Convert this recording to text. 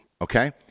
Okay